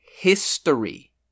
History